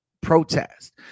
protest